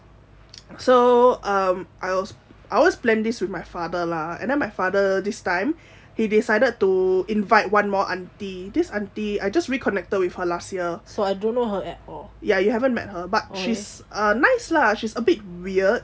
so um I was I was planning this with my father lah and then my father this time he decided to invite one more aunty this aunty I just reconnected with her last year ya you haven't met her but she's uh nice lah she's a bit weird